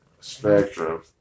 spectrum